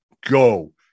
Go